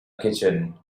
kitchen